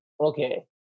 Okay